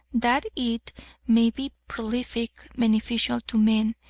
that it may be prolific, beneficial to men,